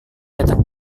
datang